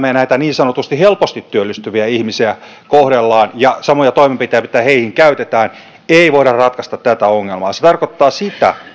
me näitä niin sanotusti helposti työllistyviä ihmisiä kohtelemme ja samoilla toimenpiteillä mitä heihin käytetään ei voida ratkaista tätä ongelmaa se se tarkoittaa sitä